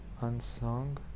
Unsung